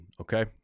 Okay